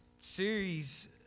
series